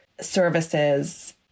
services